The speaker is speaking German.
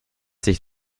sich